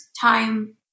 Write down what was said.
time